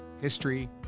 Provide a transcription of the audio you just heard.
history